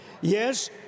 Yes